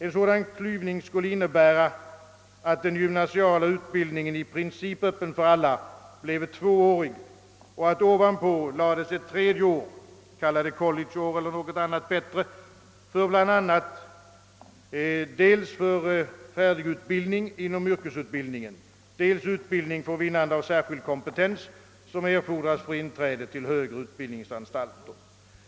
En sådan klyvning skulle innebära, att den gymnasiala utbildningen, i princip öppen för alla, bleve tvåårig och att ovanpå lades ett tredje år — kalla det collegeår eller något annat bättre — för bl.a. dels färdigutbildning inom yrkesutbildningen, dels utbildning för vinnande av den särskilda kompetens som erfordras för inträde till högre utbildningsanstalter.